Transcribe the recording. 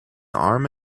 arm